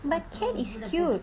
but cat is cute